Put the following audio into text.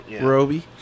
Roby